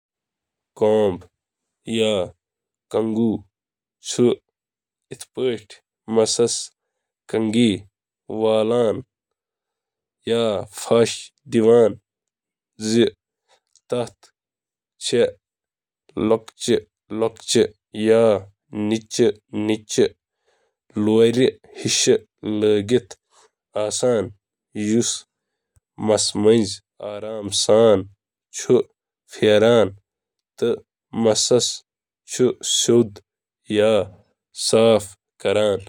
کنگھہٕ چِھ انسان الجھتھ مس الگ کرنہٕ خاطرٕ، پنن مس صاف تھونہٕ تہٕ پننس مس سٹائل کرنہٕ خاطرٕ استعمال کران۔ یِم چھِ مَس خٲطرٕ سجاوٹ پٲٹھۍ تہِ استعمال یِوان کرنہٕ۔